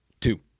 two